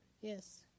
Yes